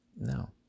No